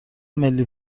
ملی